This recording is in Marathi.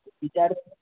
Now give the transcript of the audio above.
विचारून